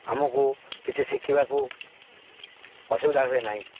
ଆମକୁ କିଛି ଶିଖିବାକୁ ଅସୁବିଧା ହୁଏ ନାହିଁ